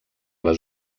les